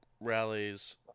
rallies